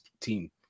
team